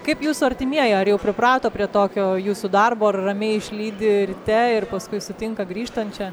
kaip jūsų artimieji ar jau priprato prie tokio jūsų darbo ar ramiai išlydi ryte ir paskui sutinka grįžtančią